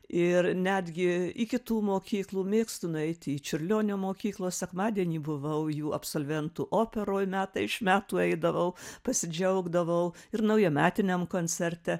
ir netgi į kitų mokyklų mėgstu nueiti į čiurlionio mokyklos sekmadienį buvau jų absolventų operoj metai iš metų eidavau pasidžiaugdavau ir naujametiniam koncerte